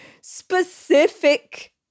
specific